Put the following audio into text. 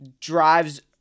drives